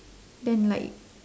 then like